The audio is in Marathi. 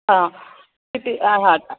हां किती हां हां हां